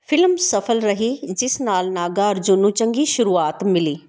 film ਸਫਲ ਰਹੀ ਜਿਸ ਨਾਲ ਨਾਗਾਰਜੁਨ ਨੂੰ ਚੰਗੀ ਸ਼ੁਰੂਆਤ ਮਿਲੀ